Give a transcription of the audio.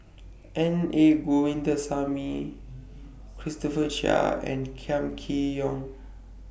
Na Govindasamy Christopher Chia and Kam Kee Yong